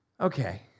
okay